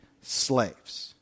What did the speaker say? slaves